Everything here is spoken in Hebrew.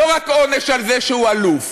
לא רק עונש על זה שהוא אלוף,